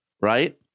right